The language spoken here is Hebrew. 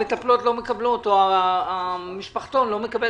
המטפלות לא מקבלות או המשפחתון לא מקבל